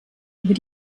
über